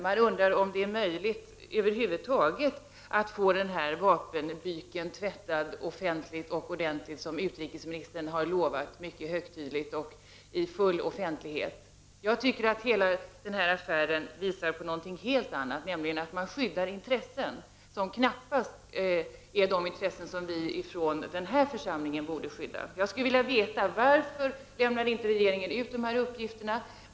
Man undrar om det över huvud taget är möjligt att få denna vapenbyk tvättad offentligt och ordentligt, som utrikesministern har lovat mycket högtidligt och i full offentlighet. Jag tycker att denna affär visar på något helt annat, nämligen att man skyddar intressen som knappast överensstämmer med de intressen som vi från denna församling borde skydda. Jag skulle vilja veta varför regeringen inte lämnade ut uppgifterna.